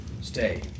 stay